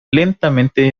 lentamente